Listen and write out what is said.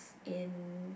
in